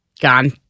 Gone